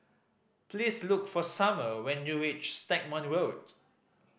please look for Summer when you reach Stagmont Road